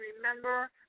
remember